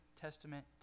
Testament